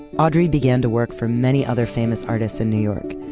audrey began to work for many other famous artists in new york.